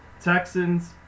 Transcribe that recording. Texans